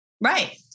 Right